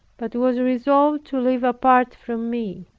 but was resolved to live apart from me.